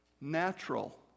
natural